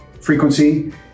frequency